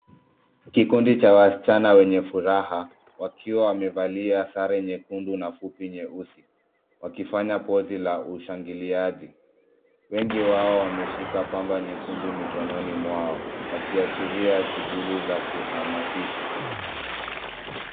Kikundi cha wasichana wenye furaha wakiwa wamevalia sare nyekundu na fupi nyeusi. Wakifanya pozi la ushangiliaji. Wengi wao wameshika pamba nyekundu mikononi mwao wakiashiria shughuli za kuhamashisha.